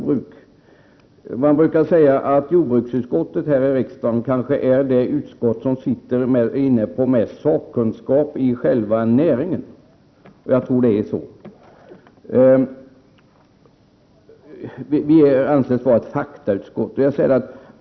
Det brukar sägas att jordbruksutskottet kanske är det utskott här i riksdagen som sitter inne med den största sakkunskapen om näringen som sådan, och jag tror att det är så. Vårt utskott anses vara ett faktautskott.